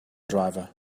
driver